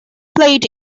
played